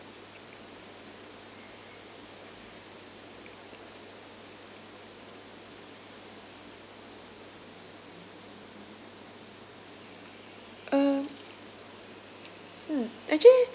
um hmm actually